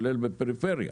כולל בפריפריה.